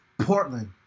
Portland